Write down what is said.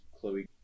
Chloe